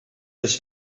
les